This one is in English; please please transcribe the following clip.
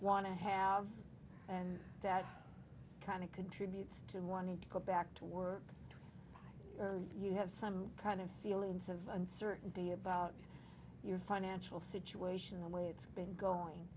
want to have and that trying to contribute to wanted to go back to work early you have some kind of feelings of uncertainty about your financial situation the way it's been going